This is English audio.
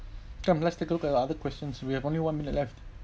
come let's take a look at other questions we have only one minute left